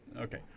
okay